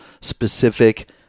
specific